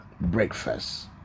breakfast